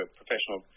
professional